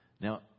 Now